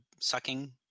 sucking